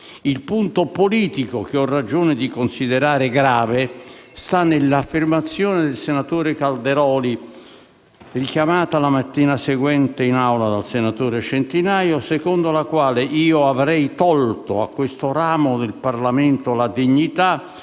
Il punto politico che ho ragione di considerare grave sta nell'affermazione del senatore Calderoli, richiamata in Aula la mattina seguente dal senatore Centinaio, secondo la quale io avrei «tolto a questo ramo del Parlamento la dignità